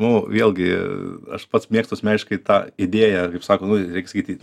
o vėlgi aš pats mėgstu asmeniškai tą idėją kaip sako nu reik sakyt